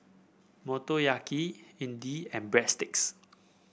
Motoyaki Idili and Breadsticks